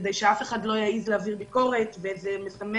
כדי שאף אחד לא יעז להעביר ביקורת, וזה משמח